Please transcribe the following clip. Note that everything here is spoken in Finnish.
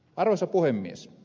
arvoisa puhemies